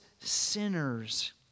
sinners